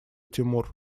тимур